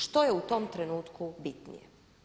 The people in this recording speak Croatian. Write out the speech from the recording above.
Što je u tom trenutku bitnije?